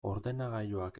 ordenagailuak